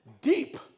deep